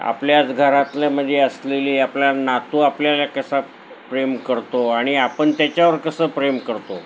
आपल्याच घरातल्या मध्ये असलेली आपला नातू आपल्याला कसा प्रेम करतो आणि आपण त्याच्यावर कसं प्रेम करतो